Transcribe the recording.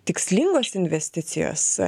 tikslingos investicijos